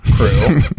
crew